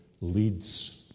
leads